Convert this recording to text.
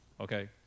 Okay